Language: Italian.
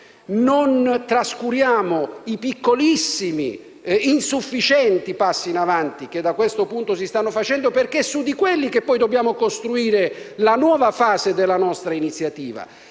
non trascurare i pur piccolissimi ed insufficienti passi in avanti che da questo punto di vista si stanno facendo, perché è su di quelli che poi dobbiamo costruire la nuova fase della nostra iniziativa